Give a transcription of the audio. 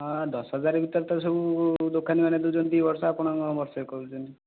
ଦଶହଜାର ଭିତରେ ତ ସବୁ ଦୋକାନୀ ମାନେ ଦେଉଛନ୍ତି ଦୁଇ ବର୍ଷ ଆପଣ କ'ଣ ବର୍ଷେ କହୁଛନ୍ତି